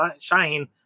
shine